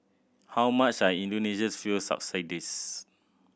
how much are Indonesia's fuel subsidies